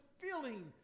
feeling